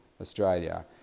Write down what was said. Australia